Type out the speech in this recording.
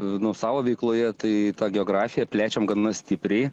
nuo savo veikloje tai tą geografiją plečiame gana stipriai